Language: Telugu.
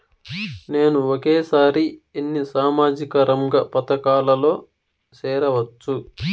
నేను ఒకేసారి ఎన్ని సామాజిక రంగ పథకాలలో సేరవచ్చు?